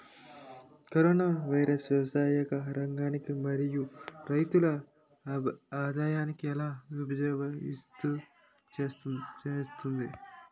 Corona virus వ్యవసాయ రంగాన్ని మరియు రైతుల ఆదాయాన్ని ఎలా ప్రభావితం చేస్తుంది?